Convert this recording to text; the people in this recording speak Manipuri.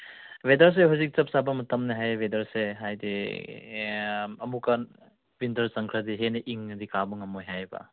ꯋꯦꯗꯔꯁꯦ ꯍꯧꯖꯤꯛ ꯆꯞꯆꯥꯕ ꯃꯇꯝꯅꯦ ꯍꯥꯏꯌꯦ ꯋꯦꯗꯔꯁꯦ ꯍꯥꯏꯗꯤ ꯑꯃꯨꯛꯀ ꯋꯤꯟꯇꯔ ꯆꯪꯈ꯭ꯔꯗꯤ ꯍꯦꯟꯅ ꯏꯪꯉꯗꯤ ꯀꯥꯕ ꯉꯝꯃꯣꯏ ꯍꯥꯏꯌꯦꯕ